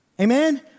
Amen